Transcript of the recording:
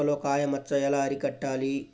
మిరపలో కాయ మచ్చ ఎలా అరికట్టాలి?